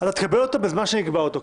אתה תקבל אותה בזמן שאני אקבע אותו.